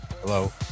Hello